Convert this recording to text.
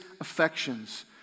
affections